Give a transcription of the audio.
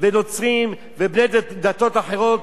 נוצרים ובני דתות אחרות,